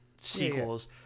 sequels